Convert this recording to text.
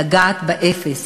לגעת באפס,